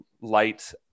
light